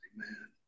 Amen